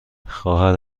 خواهر